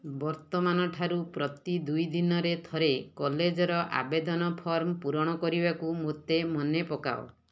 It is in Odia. ବର୍ତ୍ତମାନଠାରୁ ପ୍ରତି ଦୁଇ ଦିନରେ ଥରେ କଲେଜ୍ର ଆବେଦନ ଫର୍ମ ପୂରଣ କରିବାକୁ ମୋତେ ମନେପକାଅ